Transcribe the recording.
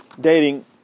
Dating